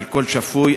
של כל אדם שפוי,